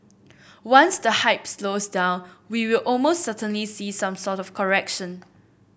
once the hype slows down we will most certainly see some sort of correction